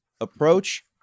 approach